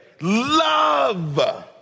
love